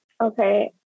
Okay